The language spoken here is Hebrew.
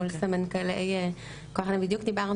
מול סמנ"כלי כוח אדם.